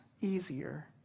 easier